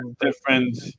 Different